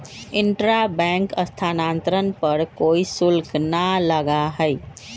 intra bank स्थानांतरण पर कोई शुल्क ना लगा हई